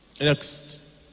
Next